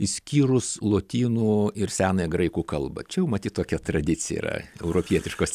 išskyrus lotynų ir senąją graikų kalbą čia jau matyt tokia tradicija yra europietiškos